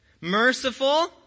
Merciful